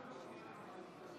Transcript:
עמדתו של ראש הממשלה התקבלה.